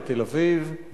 בתל-אביב,